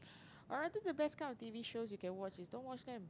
or rather the best kind of T_V shows you can watch is don't watch them